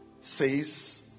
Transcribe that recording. says